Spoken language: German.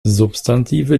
substantive